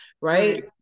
right